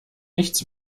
nichts